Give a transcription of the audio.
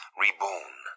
reborn